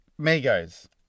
Migos